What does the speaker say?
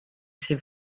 ces